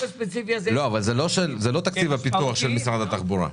זה לא תקציב הפיתוח של משרד התחבורה.